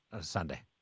Sunday